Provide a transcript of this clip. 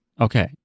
Okay